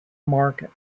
market